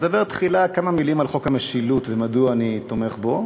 אדבר תחילה כמה מילים על חוק המשילות ומדוע אני תומך בו,